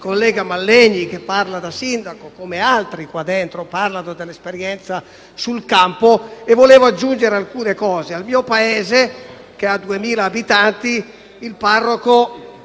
collega Mallegni che parla da sindaco, come altri qua dentro parlano della loro esperienza sul campo, e volevo aggiungere alcune cose. Al mio Paese, che ha 2.000 abitanti, il parroco,